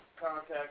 contact